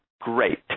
great